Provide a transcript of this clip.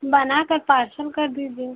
बनाकर पार्सल कर दीजिए